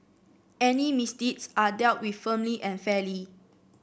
any misdeeds are dealt with firmly and fairly